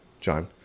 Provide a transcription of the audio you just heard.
john